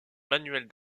manuels